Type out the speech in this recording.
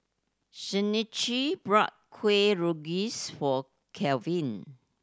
Shanequa bought Kuih Rengas for Kelvin